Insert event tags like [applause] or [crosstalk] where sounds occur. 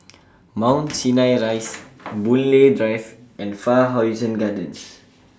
Mount Sinai [noise] Rise Boon Lay Drive and Far Horizon Gardens [noise]